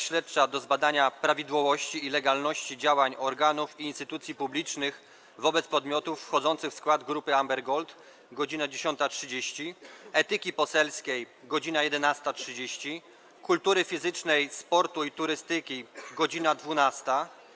Śledczej do zbadania prawidłowości i legalności działań organów i instytucji publicznych wobec podmiotów wchodzących w skład Grupy Amber Gold - godz. 10.30, - Etyki Poselskiej - godz. 11.30, - Kultury Fizycznej, Sportu i Turystyki - godz. 12,